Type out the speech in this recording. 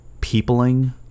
peopling